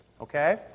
Okay